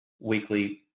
weekly